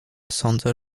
sądzę